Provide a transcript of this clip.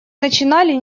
начинали